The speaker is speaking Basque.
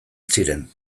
ziren